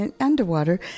Underwater